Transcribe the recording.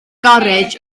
garej